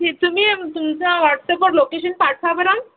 ठीक तुम्ही तुमचं वाट्सअपवर लोकेशन पाठवा बरं